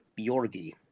Bjorgi